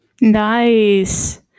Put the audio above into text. Nice